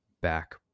back